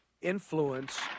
influence